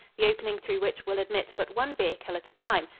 the opening through which will admit but one vehicle at a time,